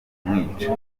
kumwica